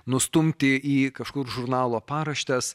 nustumti į kažkur žurnalo paraštes